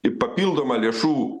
ir papildomą lėšų